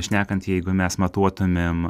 šnekant jeigu mes matuotumėm